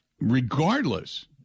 regardless